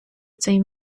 цей